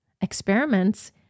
experiments